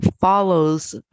follows